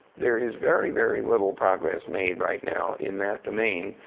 there is very, very little progress made right now in that domain,